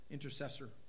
intercessor